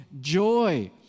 joy